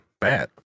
bad